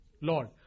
Lord